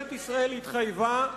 ממשלת ישראל התחייבה.